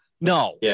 No